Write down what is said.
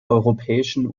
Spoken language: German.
europäischen